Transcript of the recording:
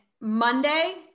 Monday